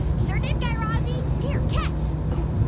sure did, guy razzie. here, catch oof.